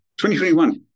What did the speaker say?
2021